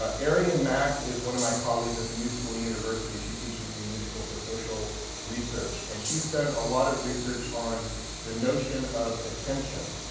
ah arien mack is one of my colleagues at the new school university. she teaches in the new school for social research. and she's done a lot of research on the notion of attention.